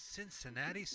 Cincinnati